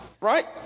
right